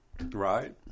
right